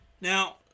Now